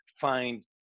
find